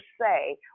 say